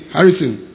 Harrison